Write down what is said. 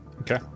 Okay